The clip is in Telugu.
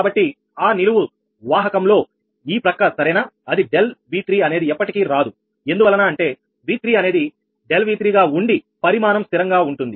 కాబట్టి ఆ నిలువు వాహకంలో ఈ ప్రక్క సరేనా అది ∆𝑉3 అనేది ఎప్పటికీ రాదు ఎందువలన అంటే V3 అనేది ∆𝑉3 గా ఉండి పరిమాణం స్థిరంగా ఉంటుంది